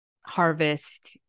harvest